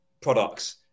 products